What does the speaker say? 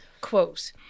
Quote